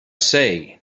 say